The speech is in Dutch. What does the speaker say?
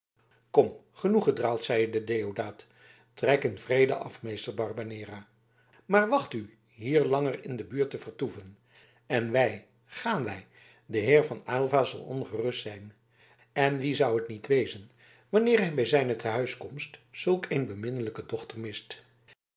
kom genoeg gedraald zeide deodaat trek in vrede af meester barbanera maar wacht u hier langer in de buurt te vertoeven en wij gaan wij de heer van aylva zal ongerust zijn en wie zou het niet wezen wanneer hij bij zijne tehuiskomst zulk een beminnelijke dochter mist